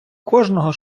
кожного